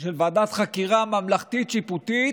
של ועדת חקירה ממלכתית שיפוטית,